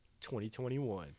2021